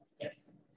Yes